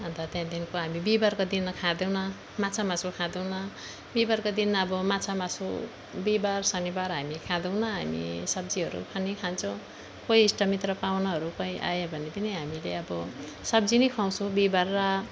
अन्त त्यहाँदेखिन्को हामीले बिहीबारको दिन खाँदैनौँ माछा मासु खाँदैनौँ बिहीबारको दिन अब माछा मासु बिहीबार शनिबार हामी खाँदैनौँ हामी सब्जीहरू खाने खान्छौँ कोही इष्टमित्र पाहुनाहरू कोही आए भने पनि हामीले अब सब्जी नै खुवाउँछौँ बिहीबार र